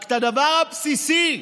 רק את הדבר הבסיסי,